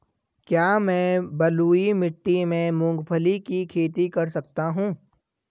क्या मैं बलुई मिट्टी में मूंगफली की खेती कर सकता हूँ?